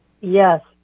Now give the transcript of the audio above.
Yes